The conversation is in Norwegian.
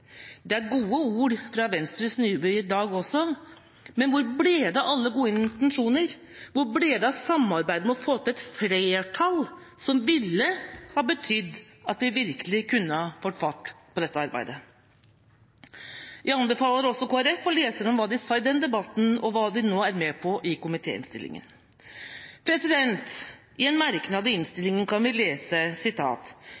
Det er gode ord fra Venstres Nybø i dag også, men hvor ble det av alle gode intensjoner, hvor ble det av samarbeidet for å få til et flertall, som ville ha betydd at vi virkelig kunne fått fart på dette arbeidet? Vi anbefaler også Kristelig Folkeparti å lese hva de sa i den debatten og hva de nå er med på i komitéinnstillingen. I en merknad i innstillingen kan vi lese